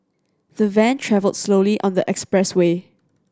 the van travelled slowly on the expressway